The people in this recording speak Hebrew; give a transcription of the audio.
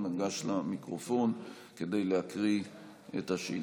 אנא גש למיקרופון כדי להקריא את השאילתה.